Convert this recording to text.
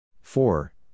four